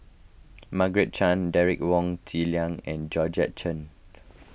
Margaret Chan Derek Wong Zi Liang and Georgette Chen